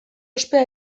ospea